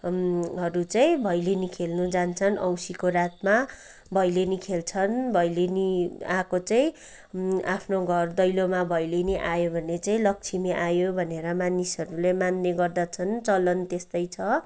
हरू चाहिँ भैलेनी खेल्नु जान्छन् औँसीको रातमा भैलेनी खेल्छन् भैलेनी आएको चाहिँ आफ्नो घर दैलोमा भैलेनी आयो भने चाहिँ लक्ष्मी आयो भनेर मानिसहरूले मान्ने गर्दछन् चलन त्यस्तै छ